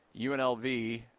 UNLV